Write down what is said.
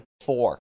four